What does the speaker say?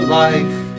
life